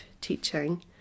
teaching